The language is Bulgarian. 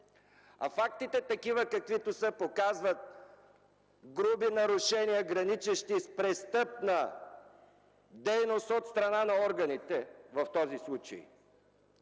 А фактите – такива, каквито са, показват груби нарушения, граничещи с престъпна дейност от страна на органите в този случай.